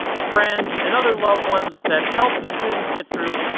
friends and other loved ones that help the students get through,